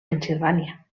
pennsilvània